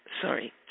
Sorry